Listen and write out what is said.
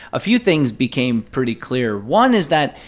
a few things became pretty clear. one is that,